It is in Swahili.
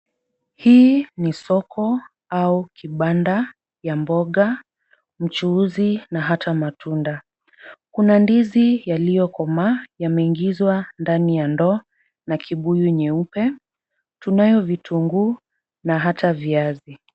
Hii ni soko au kibanda ya mboga, mchuuzi na hata matunda. Kuna ndizi yaliyokomaa yameingizwa ndani ya ndoo na kibuyu nyeupe. Tunayo kitunguu na hata viazi.